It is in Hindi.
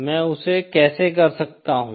मैं उसे कैसे कर सकता हूँ